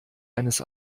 eines